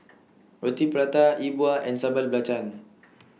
Roti Prata E Bua and Sambal Belacan